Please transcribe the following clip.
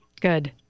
Good